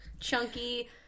Chunky